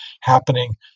happening